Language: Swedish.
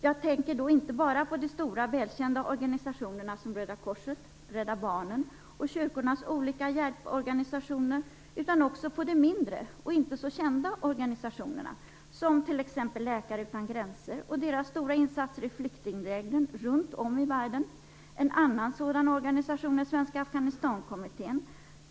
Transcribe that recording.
Jag tänker då inte bara på de stora välkända organisationerna som Röda korset, Rädda Barnen och kyrkornas olika hjälporganisationer, utan också på de mindre och inte så kända organisationerna som t.ex. Läkare utan gränser. De gör stora insatser i flyktingläger runt om i världen. En annan sådan organisation är Svenska Afghanistankommittén.